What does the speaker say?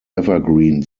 evergreen